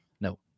No